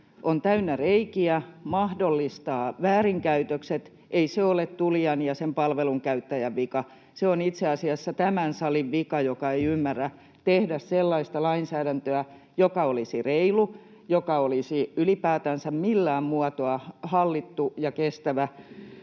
on täynnä reikiä, mahdollistaa väärinkäytökset, ei se ole tulijan ja sen palvelun käyttäjän vika. Se on itse asiassa tämän salin vika, joka ei ymmärrä tehdä sellaista lainsäädäntöä, joka olisi reilu, joka olisi ylipäätänsä millään muotoa hallittu ja kestävä